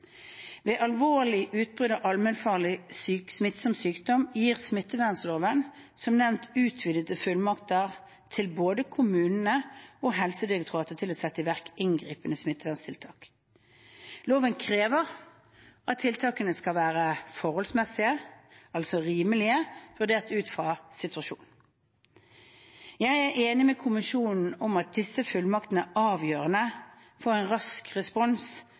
Ved alvorlig utbrudd av allmennfarlig smittsom sykdom gir smittevernloven som nevnt utvidede fullmakter til både kommunene og Helsedirektoratet til å sette i verk inngripende smitteverntiltak. Loven krever at tiltakene skal være forholdsmessige, altså rimelige, vurdert ut fra situasjonen. Jeg er enig med kommisjonen om at disse fullmaktene er avgjørende for en rask respons